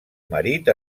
marit